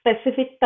specific